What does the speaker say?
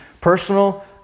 personal